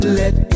let